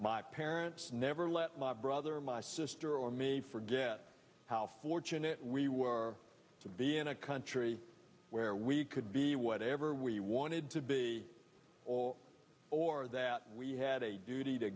my parents never let my brother my sister or me forget how fortunate we were to be in a country where we could be whatever we wanted to be or or that we had a duty to